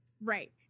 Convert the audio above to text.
Right